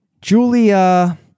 Julia